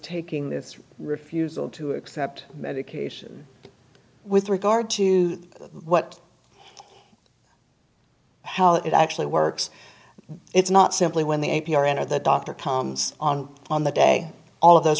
taking this refusal to accept medication with regard to what how it actually works it's not simply when the a p r enter the doctor comes on on the day all of those